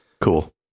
Cool